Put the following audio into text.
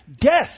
Death